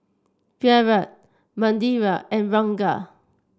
Virat Manindra and Ranga